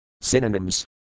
Synonyms